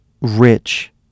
rich